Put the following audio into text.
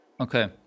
Okay